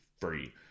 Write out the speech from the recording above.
Free